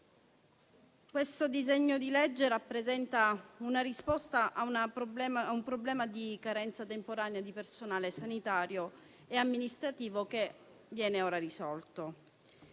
il disegno di legge in esame rappresenta una risposta a un problema di carenza temporanea di personale sanitario e amministrativo, che viene ora risolto.